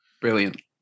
Brilliant